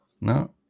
No